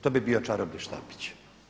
To bi bio čarobni štapić.